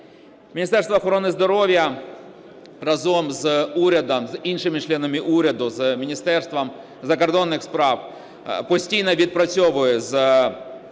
Міністерство охорони здоров'я разом з урядом, з іншими членами уряду, з Міністерством закордонних справ постійно відпрацьовує з країнами